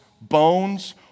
bones